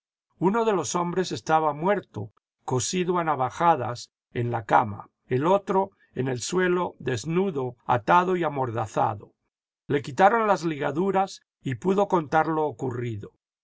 uno de los hombres estaba muerto cosido a navajadas en la cama el otro en el suelo desnudo atado y amordazado le quitaron las ligaduras y pudo contar lo ocurrido